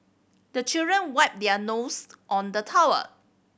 the children wipe their nose on the towel